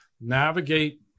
navigate